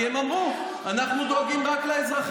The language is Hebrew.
כי הם אמרו: אנחנו דואגים רק לאזרחים.